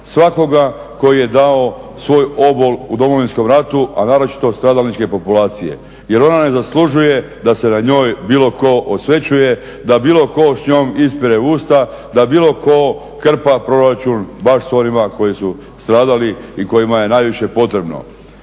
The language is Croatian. svakoga tko je dao svoj obol u Domovinskom ratu, a naročito od stradalničke populacije. Jer ona ne zaslužuje da se na njoj bilo tko osvećuje, da bilo tko šnjom ispire usta, da bilo tko krpa proračun baš s onima koji su stradali i kojima je najviše potrebno.